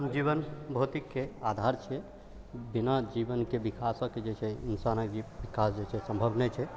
जीवन भौतिकके आधार छै बिना जीवनके विकासके जे छै इन्सानके जे विकास सम्भव नहि छै